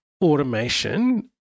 automation